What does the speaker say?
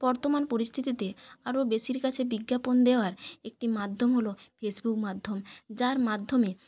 বর্তমান পরিস্থিতিতে আরও বেশির কাছে বিজ্ঞাপন দেওয়ার একটি মাধ্যম হল ফেসবুক মাধ্যম যার মাধ্যমে